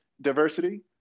diversity